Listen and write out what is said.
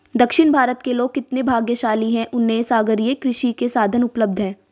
दक्षिण भारत के लोग कितने भाग्यशाली हैं, उन्हें सागरीय कृषि के साधन उपलब्ध हैं